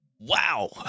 Wow